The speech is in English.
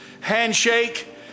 handshake